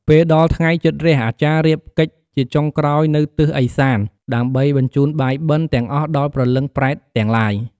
ពេលដល់ថ្ងៃជិតរះ អាចារ្យរៀបកិច្ចជាចុងក្រោយនៅទិសឦសាន ដើម្បីបញ្ជូនបាយបិណ្ឌ ទាំងអស់ដល់ព្រលឹងប្រេតទាំងឡាយ។